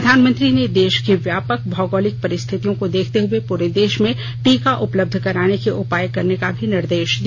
प्रधानमंत्री ने देश की व्यापक भौगोलिक परिस्थितियों को देखते हुए पूरे देश में टीका उपलब्ध कराने के उपाय करने का भी निर्देश दिया